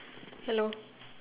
hello